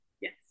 yes